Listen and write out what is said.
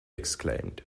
exclaimed